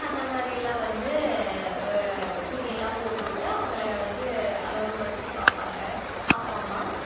அந்த மாதிரியெல்லாம் வந்து துணியெல்லாம் போட்டு விட்டு அவங்களை வந்து அழகுப்படுத்தி பார்ப்பாங்க அப்பா அம்மா